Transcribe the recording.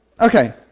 Okay